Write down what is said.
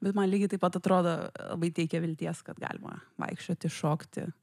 bet man lygiai taip pat atrodo labai teikia vilties kad galima vaikščioti šokti